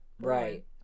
Right